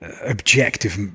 objective